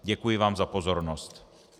Děkuji vám za pozornost.